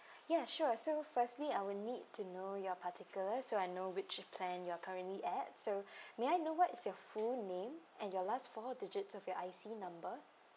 yeah sure uh so firstly I'll need to know your particulars so I know which plan you're currently at so may I know what is your full name and your last four digit of your I_C number